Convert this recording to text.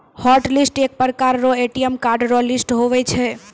hotlist एक प्रकार रो ए.टी.एम कार्ड रो लिस्ट हुवै छै